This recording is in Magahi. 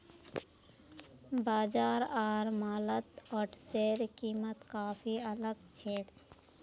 बाजार आर मॉलत ओट्सेर कीमत काफी अलग छेक